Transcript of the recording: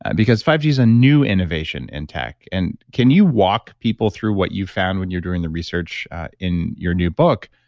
and because five g is a new innovation in tech and can you walk people through what you found when you're doing the research in your new book?